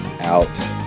out